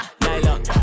Nylon